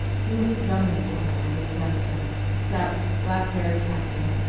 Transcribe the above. he looked dumbly at the man who addressed him, a stout, black-haired captain,